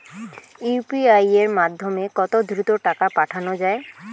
UPI এর মাধ্যমে কত দ্রুত টাকা পাঠানো যায়?